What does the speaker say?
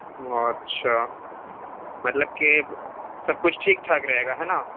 اچھا مطلب کہ سب کچھ ٹھیک ٹھاک رہے گا ہے نا